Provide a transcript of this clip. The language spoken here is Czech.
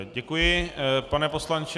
Děkuji, pane poslanče.